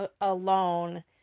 alone